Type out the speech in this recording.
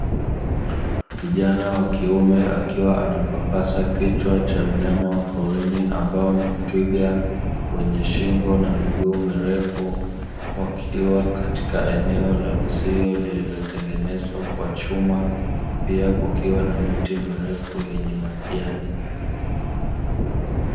Kijana wa kiume akiwa anapapasa kichwa cha mnyama wa porini ambae ni twiga wenye shingo na miguu mirefu, wakiwa katika eneo la uzio lililotengenezwa kwa chuma pia kukiwa na miti mirefu yenye majani.